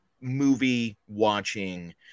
movie-watching